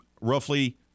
roughly